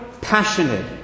passionate